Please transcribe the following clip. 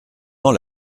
dans